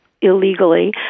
illegally